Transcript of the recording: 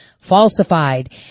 falsified